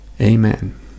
Amen